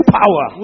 power